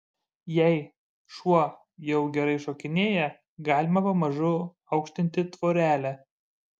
jei šuo jau gerai šokinėja galima pamažu aukštinti tvorelę